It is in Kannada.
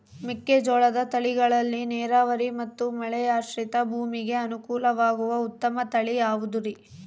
ಮೆಕ್ಕೆಜೋಳದ ತಳಿಗಳಲ್ಲಿ ನೇರಾವರಿ ಮತ್ತು ಮಳೆಯಾಶ್ರಿತ ಭೂಮಿಗೆ ಅನುಕೂಲವಾಗುವ ಉತ್ತಮ ತಳಿ ಯಾವುದುರಿ?